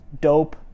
dope